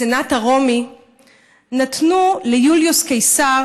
בסנאט הרומי נתנו ליוליוס קיסר